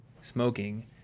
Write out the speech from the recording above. smoking